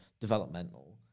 developmental